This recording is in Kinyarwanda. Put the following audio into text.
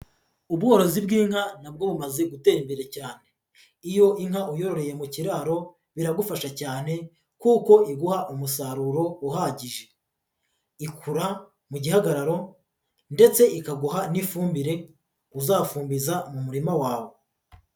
Ubworozi bw'inka na bwo bumaze gutera imbere cyane, iyo inka uyororeye mu kiraro biragufasha cyane kuko iguha umusaruro uhagije, ikura mu gihagararo ndetse ikaguha n'ifumbire uzafumbiza mu murima wawe.